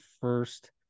first